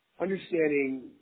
understanding